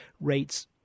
rates